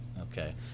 Okay